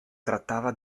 trattava